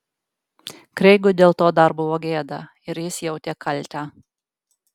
kreigui dėl to dar buvo gėda ir jis jautė kaltę